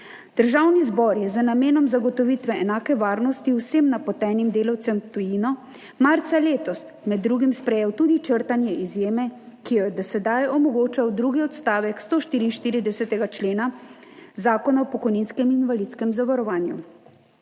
Državni zbor je z namenom zagotovitve enake varnosti vsem napotenim delavcem v tujino marca letos med drugim sprejel tudi črtanje izjeme, ki jo je do sedaj omogočal drugi odstavek 144. člena Zakona o pokojninskem in invalidskem zavarovanju.